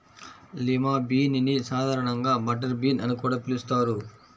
lima bean ని సాధారణంగా butter bean అని కూడా పిలుస్తారు